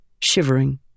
shivering